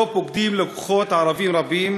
שפוקדים אותו לקוחות ערבים רבים,